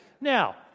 Now